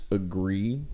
agree